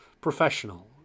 professional